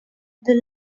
the